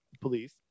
police